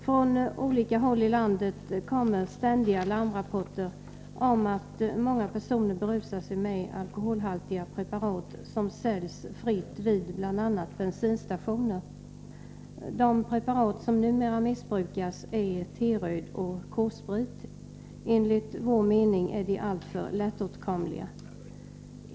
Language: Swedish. Från olika håll i landet kommer ständiga larmrapporter om att många personer berusar sig med alkoholhaltiga preparat som säljs fritt vid bl.a. bensinstationer. De preparat som numera missbrukas är T-röd och K-sprit. Enligt vår mening är de alltför lättåtkomliga.